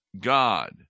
God